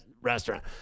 restaurant